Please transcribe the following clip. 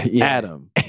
Adam